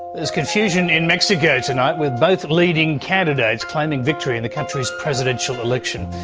is confusion in mexico tonight with both leading candidates claiming victory in the country's presidential election.